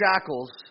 shackles